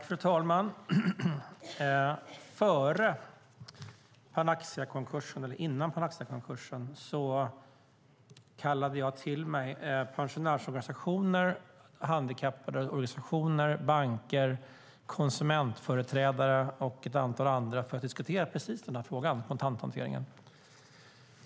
Fru talman! Före Panaxiakonkursen kallade jag till mig pensionärsorganisationer, handikapporganisationer, banker, konsumentföreträdare och ett antal andra för att diskutera precis denna fråga: kontanthanteringen.